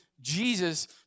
Jesus